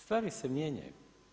Stvari se mijenjaju.